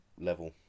level